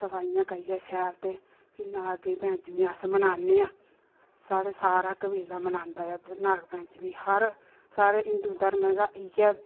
सफाइयां करियै शैल ते फिर नाग पंचमी अस मनाने आं साढ़े सारा कबीला मनांदा ऐ ते नाग पंचमी हर साढ़े हिंदू धर्म दा इ'यै